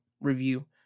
review